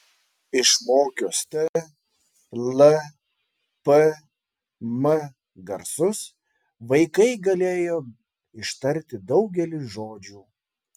išmokius t l p m garsus vaikai galėjo ištarti daugelį žodžių